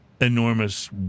Enormous